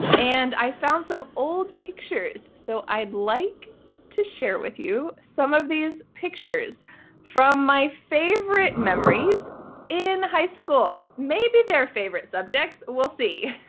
and i found some old pictures. so i'd like to share with you some of these pictures from my favorite memories in high school. maybe they're favorite subjects. we'll see.